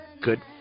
good